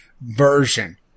version